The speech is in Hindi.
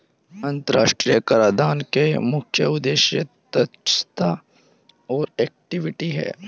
अंतर्राष्ट्रीय कराधान के मुख्य उद्देश्य तटस्थता और इक्विटी हैं